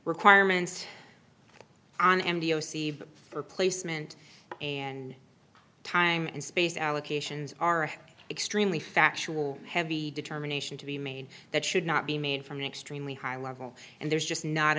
requirements on m d o c but for placement and time and space allocations are extremely factual heavy determination to be made that should not be made from an extremely high level and there's just not